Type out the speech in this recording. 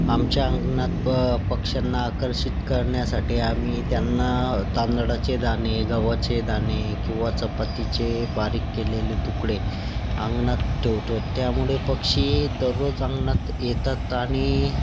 आमच्या अंगणात प पक्ष्यांना आकर्षित करण्यासाठी आम्ही त्यांना तांदळाचे दाणे गव्हाचे दाणे किंवा चपातीचे बारीक केलेले तुकडे अंगणात ठेवतो त्यामुळे पक्षी दररोज अंगणात येतात आणि